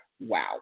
wow